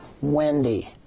Wendy